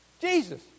Jesus